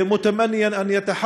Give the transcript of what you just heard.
תרגומם: ברצוני לברך את